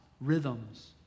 rhythms